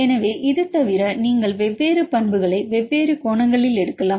எனவே இது தவிர நீங்கள் வெவ்வேறு பண்புகளை வெவ்வேறு கோணங்களில் எடுக்கலாம்